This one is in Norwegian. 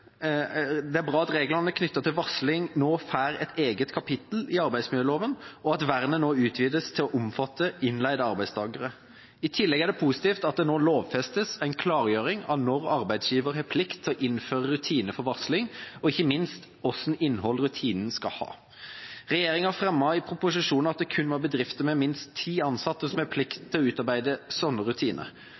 til varsling nå får et eget kapittel i arbeidsmiljøloven, og at vernet utvides til å omfatte innleide arbeidstakere. I tillegg er det positivt at det nå lovfestes en klargjøring av når arbeidsgiver har plikt til å innføre rutiner for varsling, og ikke minst hvilket innhold rutinen skal ha. Regjeringa fremmet i proposisjonen at det kun var bedrifter med minst ti ansatte som hadde plikt til å utarbeide